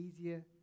easier